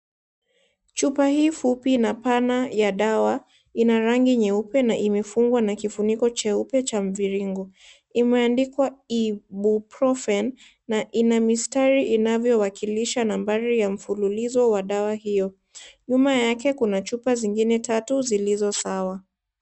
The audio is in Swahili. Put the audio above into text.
Chupa hii fupi na pana ya dawa, ina rangi nyeupe na imefungwa ni mifuniko cheupe cha mviringo imeandikwa Ibuprofen na ina mistari inayowakilisha nambari ya mfululizo wa dawa hiyo. Nyuma yake kuna chupa zingine tatu zilizosawa.